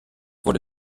wurde